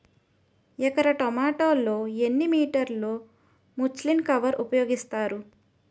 ఎకర టొమాటో లో ఎన్ని మీటర్ లో ముచ్లిన్ కవర్ ఉపయోగిస్తారు?